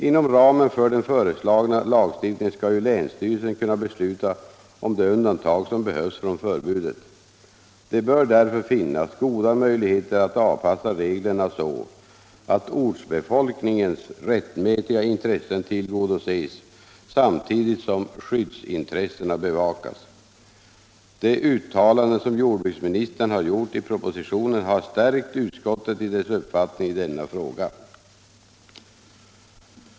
Inom ramen för den föreslagna lagstiftningen skall länsstyrelsen kunna besluta om de undantag från förbudet som behövs. Det bör därför finnas goda möjligheter avpassa reglerna så att ortsbefolkningens rättmätiga intressen tillgodoses samtidigt som skyddsintressena bevakas. De uttalanden som jordbruksministern gjort i propositionen har stärkt utskottet i dess uppfattning i denna fråga.